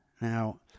Now